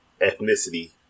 ethnicity